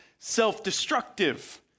self-destructive